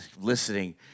listening